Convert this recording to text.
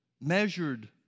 measured